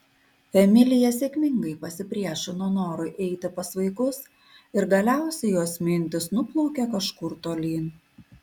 emilija sėkmingai pasipriešino norui eiti pas vaikus ir galiausiai jos mintys nuplaukė kažkur tolyn